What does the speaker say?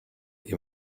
you